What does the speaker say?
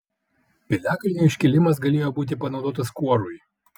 piliakalnio iškilimas galėjo būti panaudotas kuorui